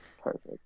Perfect